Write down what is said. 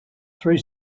three